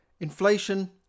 Inflation